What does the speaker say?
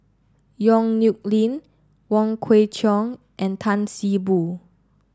Yong Nyuk Lin Wong Kwei Cheong and Tan See Boo